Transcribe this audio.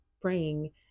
praying